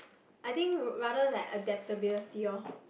I think rather like adaptability loh